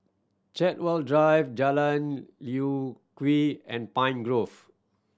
Chartwell Drive Jalan Lye Kwee and Pine Grove